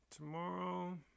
Tomorrow